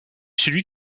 celui